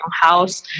house